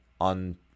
on